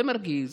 זה מרגיז.